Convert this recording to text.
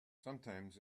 sometimes